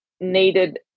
needed